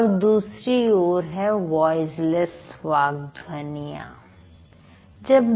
और दूसरी ओर है वॉइसलेस वाक् ध्वनियां